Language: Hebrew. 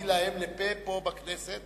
שהיא להם לפה פה בכנסת.